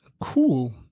Cool